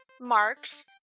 marks